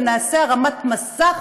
ונעשה הרמת מסך: